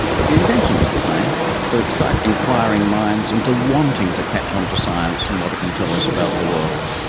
but the intention was the same to excite inquiring minds into wanting to catch on to science and what it can tell us about the world.